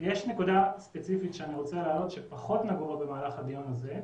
יש נקודה ספציפית שאני רוצה להעלות שפחות נגעו בה במהלך הדיון הזה,